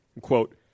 Quote